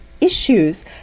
issues